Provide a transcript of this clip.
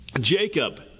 Jacob